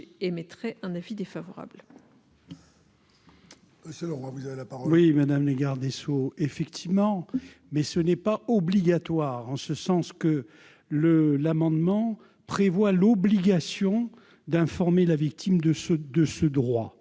émettra un avis défavorable.